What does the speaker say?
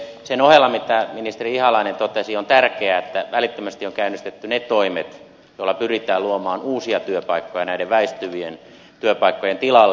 sen ohella mitä ministeri ihalainen totesi on tärkeää että välittömästi on käynnistetty ne toimet joilla pyritään luomaan uusia työpaikkoja näiden väistyvien työpaikkojen tilalle